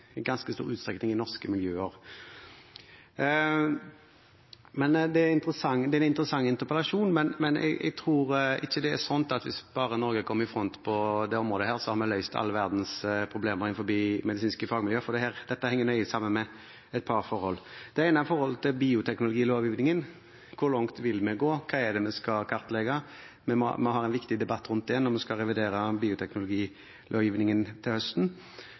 ganske stor utstrekning i norske miljøer. Det er en interessant interpellasjon, men jeg tror ikke det er slik at hvis bare Norge kommer i front på dette området, har vi løst all verdens problemer innenfor medisinske fagmiljøer. For dette henger nøye sammen med et par forhold. Det ene er forholdet til bioteknologilovgivningen – hvor langt vil vi gå, hva er det vi skal kartlegge? Vi må ha en viktig debatt rundt det når vi skal revidere bioteknologilovgivningen til høsten.